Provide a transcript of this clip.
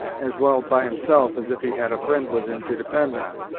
as well by himself as if he had a fri'nd with him to depend on,